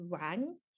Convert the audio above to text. rang